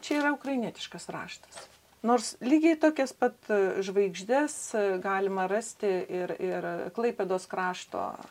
čia yra ukrainietiškas raštas nors lygiai tokias pat žvaigždes galima rasti ir ir klaipėdos krašto